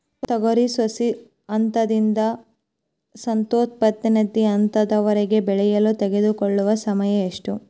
ತೊಗರಿ ಸಸ್ಯಕ ಹಂತದಿಂದ ಸಂತಾನೋತ್ಪತ್ತಿ ಹಂತದವರೆಗೆ ಬೆಳೆಯಲು ತೆಗೆದುಕೊಳ್ಳುವ ಸಮಯ ಎಷ್ಟು?